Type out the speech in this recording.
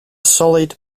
solid